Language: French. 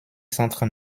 centre